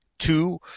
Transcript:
two